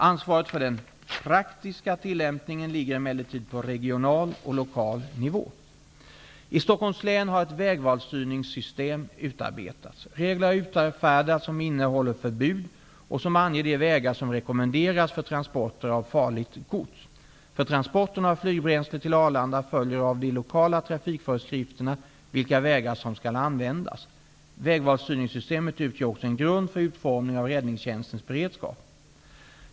Ansvaret för den praktiska tillämpningen ligger emellertid på regional och lokal nivå. I Stockholms län har ett vägvalsstyrningssystem utarbetats. Regler har utfärdats som innehåller förbud och som anger de vägar som rekommenderas för transporter av farligt gods. För transporterna av flygbränsle till Arlanda följer av de lokala trafikföreskrifterna vilka vägar som skall användas. Vägvalsstyrningssystemet utgör också en grund för utformningen av räddningstjänstens beredskap.